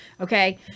okay